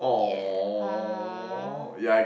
ya orh